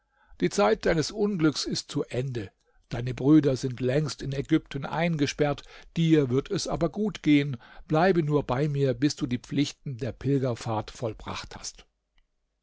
die zeit deines unglücks ist zu ende deine brüder sind längst in ägypten eingesperrt dir wird es aber gut gehen bleibe nur bei mir bis du die pflichten der pilgerfahrt vollbracht hast